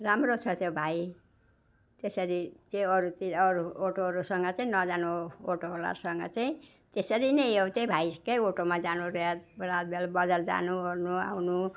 राम्रो छ त्यो भाइ त्यसरी त्यो अरूतिर अरू अटोहरूसँग चाहिँ नजानु अटोवालाहरूसँग चाहिँ त्यसरी नै हो त्यही भाइको अटोमा जानु रातबिहाल बजार जानुओर्नु आउनु